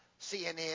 CNN